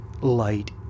light